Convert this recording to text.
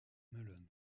melon